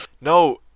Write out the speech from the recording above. no